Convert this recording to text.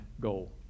goal